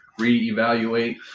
reevaluate